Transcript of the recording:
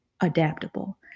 adaptable